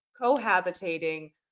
cohabitating